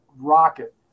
rocket